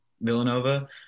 Villanova